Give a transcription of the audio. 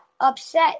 upset